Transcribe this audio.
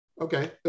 okay